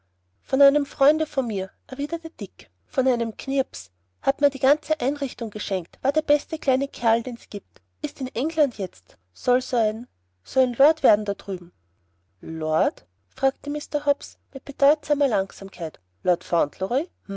von einem freunde von mir erwiderte dick von einem knirps hat mir die ganze einrichtung geschenkt war der beste kleine kerl den's gibt ist in england jetzt soll so ein so ein lord werden da drüben lor lord fragte mr hobbs mit bedeutsamer langsamkeit lord